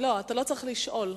אתה לא צריך לשאול.